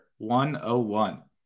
101